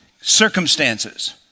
circumstances